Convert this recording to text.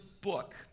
book